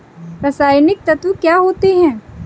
रसायनिक तत्व क्या होते हैं?